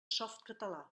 softcatalà